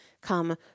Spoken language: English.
come